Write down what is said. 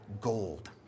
gold